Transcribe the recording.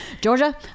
Georgia